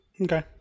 Okay